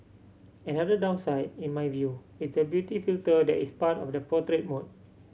another downside in my view is the beauty filter that is part of the portrait mode